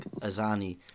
Azani